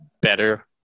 better